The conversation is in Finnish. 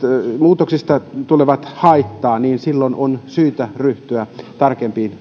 muutoksista tulee haittaa niin silloin on syytä ryhtyä tarkempiin